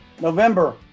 november